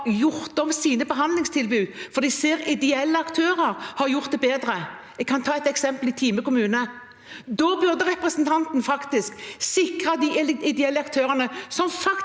har gjort om sine behandlingstilbud fordi de ser at ideelle aktører har gjort det bedre. Jeg kan ta et eksempel fra Time kommune. Da burde representanten sikret de ideelle aktørene som faktisk